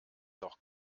doch